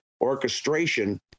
orchestration